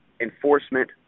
enforcement